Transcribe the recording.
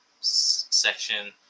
section